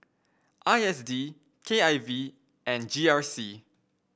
I S D K I V and G R C